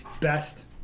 best